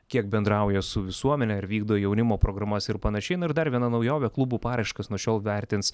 kiek bendrauja su visuomene ir vykdo jaunimo programas ir panašiai na ir dar viena naujovė klubų paraiškas nuo šiol vertins